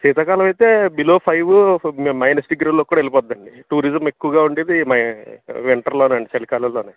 శీతాకాలం అయితే below five minus డిగ్రీలో కూడా వెళ్ళిపోద్ద్దండి టూరిజం ఎక్కువగా ఉండేది వింటర్లోనండి చలికాలంలోనే